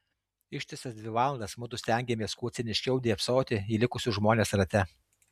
ištisas dvi valandas mudu stengėmės kuo ciniškiau dėbsoti į likusius žmones rate